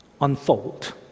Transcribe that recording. unfold